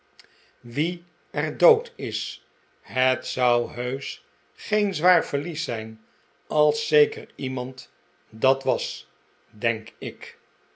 wie er ddod is het zou heusch geen zwaar verlies zijn als zeker iemand dat was denk ik